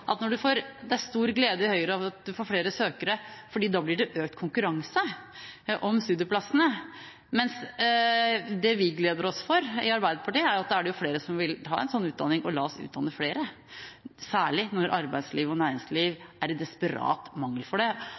si, når det gjelder forskjellen mellom Arbeiderpartiet og Høyre: Det er stor glede i Høyre over at man får flere søkere, for da blir det økt konkurranse om studieplassene, mens det vi gleder oss over i Arbeiderpartiet, er at da er det jo flere som vil ta en slik utdanning – og la oss utdanne flere – særlig når arbeidsliv og næringsliv er i desperat mangel på det.